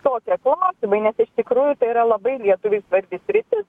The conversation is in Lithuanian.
tokie klausimai nes iš tikrųjų tai yra labai lietuvai svarbi sritis